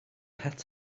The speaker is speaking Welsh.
het